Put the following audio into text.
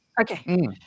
Okay